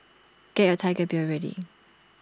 get your Tiger Beer ready